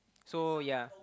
so ya